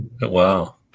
Wow